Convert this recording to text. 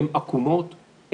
הן עקומות,